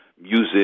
music